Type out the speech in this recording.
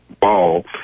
Ball